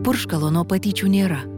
purškalo nuo patyčių nėra